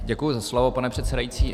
Děkuji za slovo, pane předsedající.